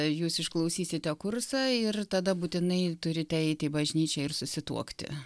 jūs išklausysite kursą ir tada būtinai turite eiti į bažnyčią ir susituokti